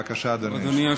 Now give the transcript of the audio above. בבקשה, אדוני.